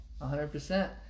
100%